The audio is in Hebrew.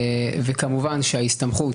כמובן שההסתמכות